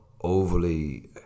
overly